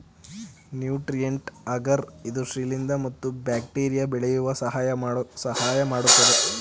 nutrient agar ಇದು ಶಿಲಿಂದ್ರ ಮತ್ತು ಬ್ಯಾಕ್ಟೀರಿಯಾ ಬೆಳೆಯಲು ಸಹಾಯಮಾಡತ್ತದೆ